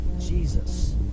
Jesus